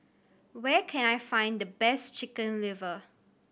where can I find the best Chicken Liver